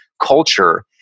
culture